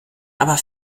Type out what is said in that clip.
aber